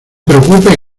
preocupes